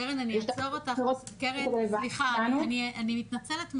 קרן, אני מתנצלת מראש,